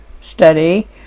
study